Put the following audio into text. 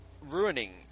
ruining